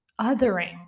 othering